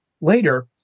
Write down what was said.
later